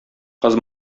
кыз